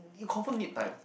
you confirm need time